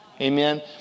amen